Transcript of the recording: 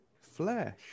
flesh